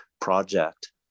project